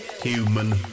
Human